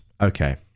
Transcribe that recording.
Okay